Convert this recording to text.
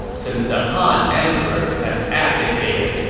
since the han emperor has abdicated,